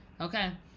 okay